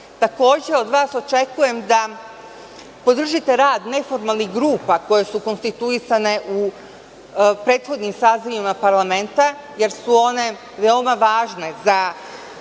način. Takođe, od vas očekujem da podržite rad neformalnih grupa koje su konstituisane u prethodnim sazivima parlamenta, jer su one veoma važne za